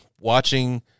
watching